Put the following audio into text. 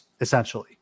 essentially